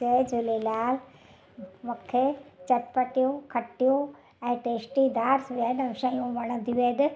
जय झूलेलाल मूंखे चटपटियूं खटियूं ऐं टेस्टीदार्स वैनू शयूं वणंदियूं आहिनि